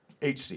HC